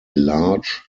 large